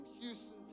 Houston